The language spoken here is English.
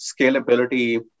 scalability